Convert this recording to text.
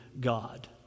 God